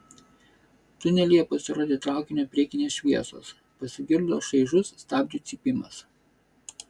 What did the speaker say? tunelyje pasirodė traukinio priekinės šviesos pasigirdo šaižus stabdžių cypimas